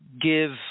give